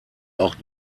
auch